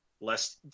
less